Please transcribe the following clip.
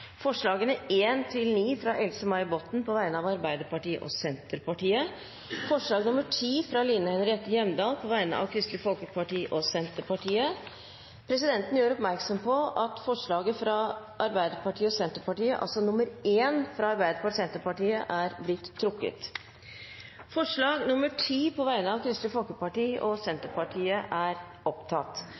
forslagene nr. 2–9, fra Else-May Botten på vegne av Arbeiderpartiet og Senterpartiet forslag nr. 10, fra Line Henriette Hjemdal på vegne av Kristelig Folkeparti og Senterpartiet Presidenten gjør oppmerksom på at forslag nr. 1, fra Arbeiderpartiet og Senterpartiet, er trukket. Forslag nr. 10, fra Kristelig Folkeparti og Senterpartiet, tas opp til votering. Siden SV ikke sitter i komiteen, er